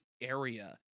area